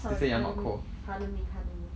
sorry pardon me pardon me pardon me